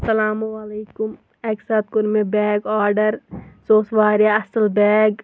اسَلامُ علیکُم اَکہِ ساتہٕ کوٚر مےٚ بیگ آرڈَر سُہ اوس واریاہ اَصٕل بیگ